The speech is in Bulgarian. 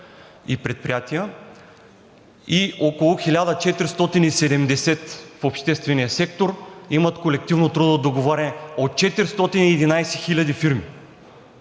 и предприятия и около 1470 в обществения сектор имат колективно трудово договаряне от 411 хиляди фирми.